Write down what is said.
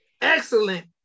excellent